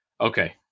Okay